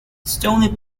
stony